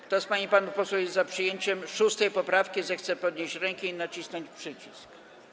Kto z pań i panów posłów jest za przyjęciem 6. poprawki, zechce podnieść rękę i nacisnąć przycisk.